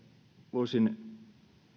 voisin